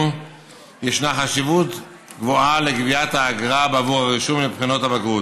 ישנה חשיבות גבוהה לגביית האגרה בעבור הרישום לבחינות הבגרות.